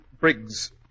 Briggs